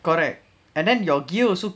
correct and then your gear also